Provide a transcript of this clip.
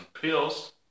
pills